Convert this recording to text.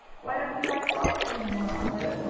why don't you like lobsters any more, aunt lu?